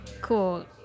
cool